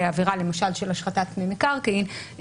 למשל בעבירה של השחתת פני מקרקעין,